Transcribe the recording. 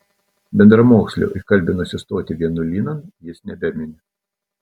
bendramokslio įkalbinusio stoti vienuolynan jis nebemini